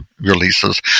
releases